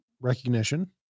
recognition